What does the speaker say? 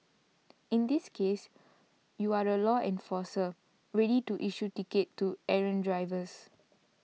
in this case you are the law enforcer ready to issue tickets to errant drivers